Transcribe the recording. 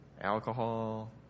alcohol